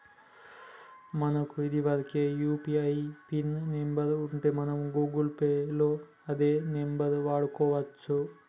మనకు ఇదివరకే UPI PIN number ఉంటే మనం గూగుల్ పే లో అదే నెంబర్ వాడుకోవచ్చు